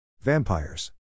Vampires